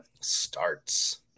starts